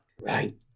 Right